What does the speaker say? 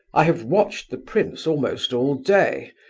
i have watched the prince almost all day,